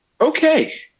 okay